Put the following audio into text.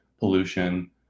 pollution